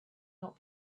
not